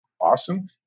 awesome